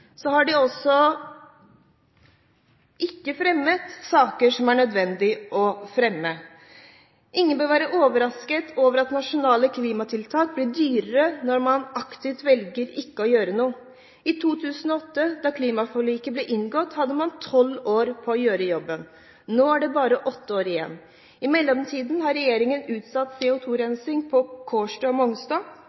har de heller ikke fremmet saker som er nødvendig å fremme. Ingen bør være overrasket over at nasjonale klimatiltak blir dyrere når man aktivt velger ikke å gjøre noe. I 2008, da klimaforliket ble inngått, hadde man tolv år på å gjøre jobben. Nå er det bare åtte år igjen. I mellomtiden har regjeringen utsatt CO2-rensing på Kårstø og Mongstad,